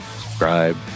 subscribe